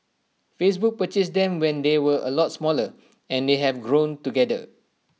Facebook purchased them when they were A lot smaller and they have grown together